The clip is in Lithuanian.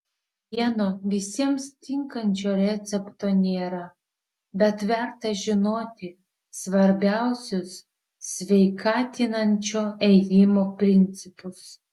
vieno visiems tinkančio recepto nėra bet verta žinoti svarbiausius sveikatinančio ėjimo principus